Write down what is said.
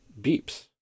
beeps